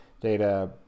data